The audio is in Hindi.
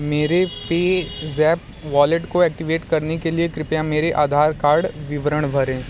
मेरे पेज़ैप वॉलेड को ऐक्टिवेट करने के लिए कृपया मेरे आधार कार्ड विवरण भरें